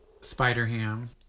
Spider-Ham